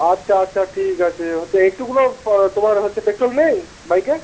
আচ্ছা আচ্ছা ঠিক আছে ও তো একটুকুনও তোমার হচ্ছে পেট্রল নেই বাইকে